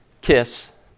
kiss